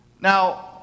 Now